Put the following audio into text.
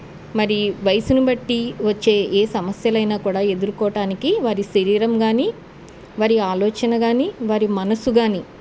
మరి వయసును బట్టి వచ్చే ఏ సమస్యలు అయినా కూడా ఎదుర్కోటానికి వారి శరీరం కానీ మరి ఆలోచన కానీ వారి మనసు కానీ